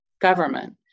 government